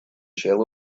shell